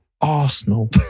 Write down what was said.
Arsenal